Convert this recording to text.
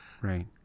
Right